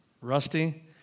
Rusty